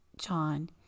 John